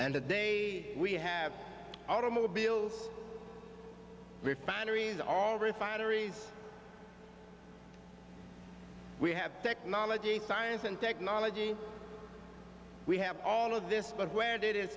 and the day we have automobiles refineries all refineries we have technology science and technology we have all of this but where did it